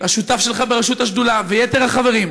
השותף שלך בראשות השדולה ויתר החברים,